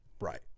right